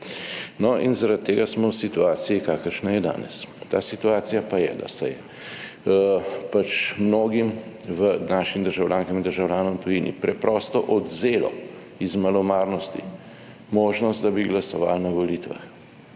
in zaradi tega smo v situaciji kakršna je danes. Ta situacija pa je, da se je pač mnogim v našim državljankam in državljanom tujini preprosto odvzelo iz malomarnosti možnost, da bi glasovali na volitvah